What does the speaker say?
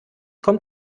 kommt